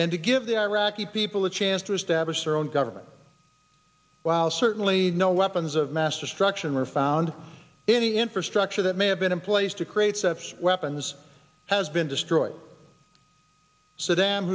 and to give the iraqi people a chance to establish their own government while certainly no weapons of mass destruction were found in any infrastructure that may have been in place to create seps weapons has been destroyed saddam